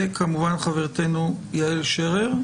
חברתנו יעל שרר